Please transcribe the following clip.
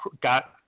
got